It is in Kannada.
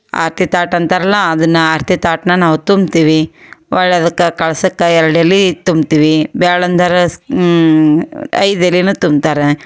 ಆರತಿ ತಾಟು ಅಂತಾರಲ್ಲ ಅದನ್ನು ಆರತಿ ತಾಟನ್ನ ನಾವು ತುಂಬ್ತೀವಿ ಒಳ್ಳೆದಕ್ಕೆ ಕಳಶಕ್ಕೆ ಎರಡು ಎಲೆ ತುಂಬ್ತೀವಿ ಬ್ಯಾಳ ಅಂದರ ಐದು ಎಲೇನು ತುಂಬ್ತಾರೆ